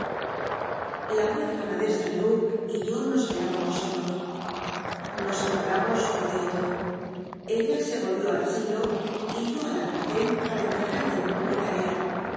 la huérfana de san luc y yo nos hallábamos solos nos separamos uno de otro ella se y ohió al asilo y yo al almacen pata empe at de nuevo mi larca